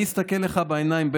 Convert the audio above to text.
אני אסתכל לך בעיניים,